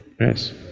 Yes